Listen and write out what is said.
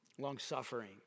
long-suffering